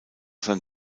sein